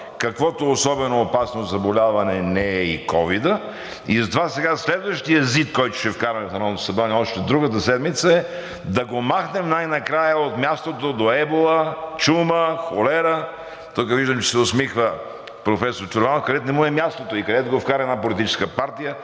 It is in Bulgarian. каквото особено опасно заболяване не е и ковидът, и затова сега следващият ЗИД, който ще вкараме в Народното събрание още другата седмица, е да го махнем най-накрая от мястото до ебола, чума, холера – тук виждам, че се усмихва професор Чорбанов – където не му е мястото и където го вкара една политическа партия